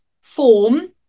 form